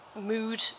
mood